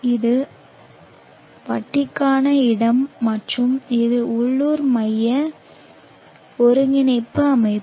இது வட்டிக்கான இடம் மற்றும் இது உள்ளூர் மைய ஒருங்கிணைப்பு அமைப்பு